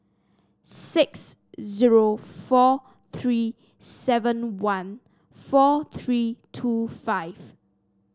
six zero four three seven one four three two five